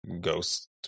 ghost